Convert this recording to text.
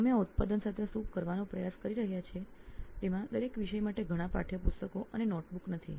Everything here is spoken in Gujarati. અમે આ ઉત્પાદનમાં એવો પ્રયાસ કરી રહ્યા છીએ કે તેમાં દરેક વિષય માટે ઘણા પાઠયપુસ્તકો અને નોંધપોથીઓ ના હોય